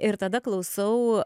ir tada klausau